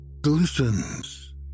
glistens